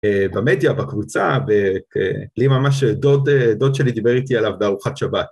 במדיה, בקבוצה, ולי ממש דוד שלי דיבר איתי עליו בארוחת שבת.